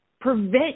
prevent